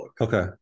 Okay